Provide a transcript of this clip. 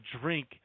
drink